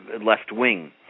left-wing